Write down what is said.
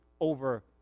over